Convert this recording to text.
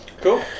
cool